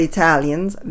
Italians